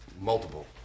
Multiple